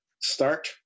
start